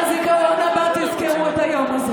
ביום הזיכרון הבא תזכרו את היום הזה